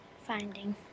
Finding